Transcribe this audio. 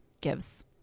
gives